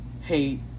hate